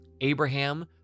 Abraham